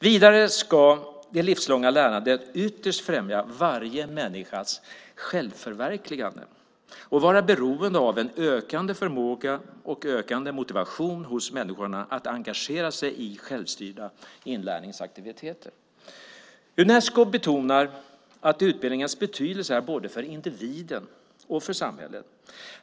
Vidare ska det livslånga lärandet ytterst främja varje människas självförverkligande och vara beroende av en ökande förmåga och en ökande motivation hos människorna att engagera sig i självstyrda inlärningsaktiviteter. Unesco betonar att utbildningens betydelse är både för individen och för samhället.